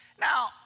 Now